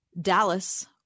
Dallas